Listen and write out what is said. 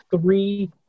three